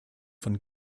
von